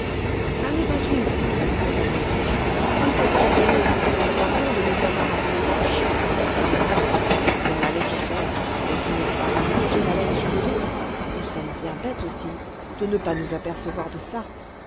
ça n'est pas tout cria la louve il faut que la goualeuse nous demande pardon de nous avoir appelées lâches c'est vrai si on la laissait faire elle finirait par nous manger la laine sur le dos nous sommes bien bêtes aussi de ne pas nous apercevoir de ça